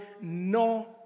no